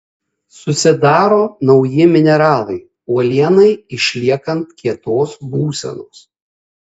susidaro nauji mineralai uolienai išliekant kietos būsenos